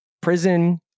prison